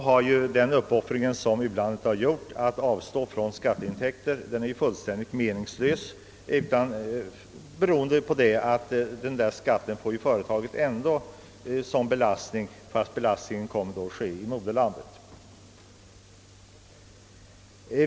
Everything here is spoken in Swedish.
U-landets uppoffring att avstå från skatteintäkter har alltså visat sig vara fullständigt meningslös, eftersom företaget får betala denna skatt i moderlandet.